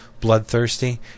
bloodthirsty